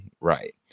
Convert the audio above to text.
right